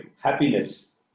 happiness